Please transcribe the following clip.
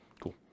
Cool